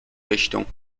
richtung